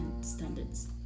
standards